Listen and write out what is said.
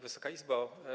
Wysoka Izbo!